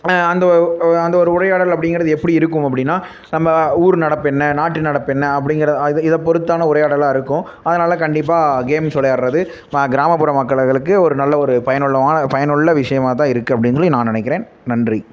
ஆன அந்த அந்த ஒரு உரையாடல் அப்படிங்கிறது எப்படி இருக்கும் அப்படின்னா நம்ம ஊர் நடப்பு என்ன நாட்டு நடப்பு என்ன அப்படிங்கிற இது இதை பொறுத்தான உரையாடல்லாம் இருக்கும் அதனால் கண்டிப்பாக கேம்ஸ் விளையாடுறது மா கிராமப்புற மக்கள்களுக்கு ஒரு நல்ல ஒரு பயனுள்ளதான பயனுள்ள விஷயமா தான் இருக்குது அப்படின்னு சொல்லி நா நினைக்கிறேன் நன்றி